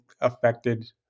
affected